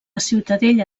ciutadella